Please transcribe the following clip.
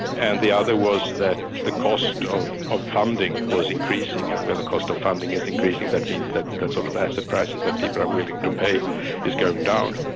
and the other was that the cost of of funding was increasing, and when the cost of funding is increasing, that means that that sort of asset prices that people are willing to pay is going down.